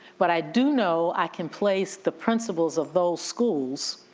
but i do know i can place the principles of those schools